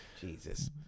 Jesus